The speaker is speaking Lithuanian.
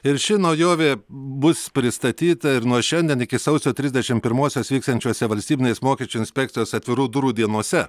ir ši naujovė bus pristatyta ir nuo šiandien iki sausio trisdešimt pirmosios vyksiančiuose valstybinės mokesčių inspekcijos atvirų durų dienose